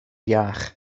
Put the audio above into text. iach